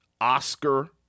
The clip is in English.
Oscar